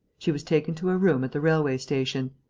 she was taken to a room at the railway-station.